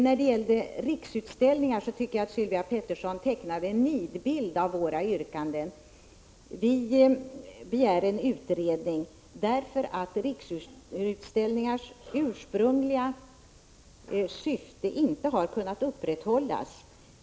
När det gäller Riksutställningar tycker jag att Sylvia Pettersson tecknade en nidbild av våra yrkanden. Vi begär en utredning därför att Riksutställningars ursprungliga syfte inte har kunnat upprätthållas.